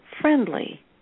friendly